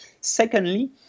Secondly